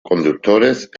conductores